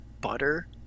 butter